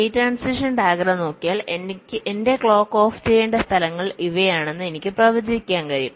state transition diagram നോക്കിയാൽ എന്റെ clock off ചെയ്യേണ്ട സ്ഥലങ്ങൾ ഇവയാണെന്ന് എനിക്ക് പ്രവചിക്കാൻ കഴിയും